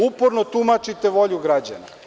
Uporno tumačite volju građana.